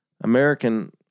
American